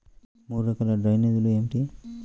మూడు రకాల డ్రైనేజీలు ఏమిటి?